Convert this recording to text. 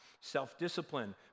self-discipline